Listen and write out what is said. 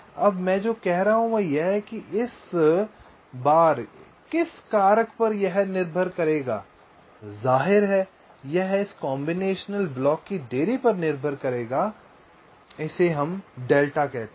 अब मैं जो कह रहा हूं वह यह है कि इस बार किस कारक पर यह समय निर्भर करेगा ज़ाहिर है यह इस कॉम्बिनेशन ब्लॉक की देरी पर निर्भर करेगा आइए हम इसे डेल्टा कहते हैं